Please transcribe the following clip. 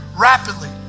rapidly